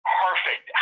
perfect